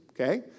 Okay